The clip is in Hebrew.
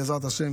בעזרת השם,